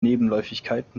nebenläufigkeit